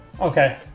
Okay